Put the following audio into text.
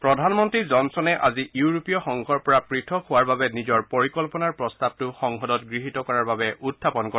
প্ৰধানমন্নী জনছনে আজি ইউৰোপীয় সংঘৰ পৰা পৃথক হোৱাৰ বাবে নিজৰ পৰিকল্পনাৰ প্ৰস্তাৱটো সংসদত গৃহীত কৰাৰ বাবে উখাপন কৰে